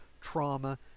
trauma